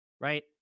right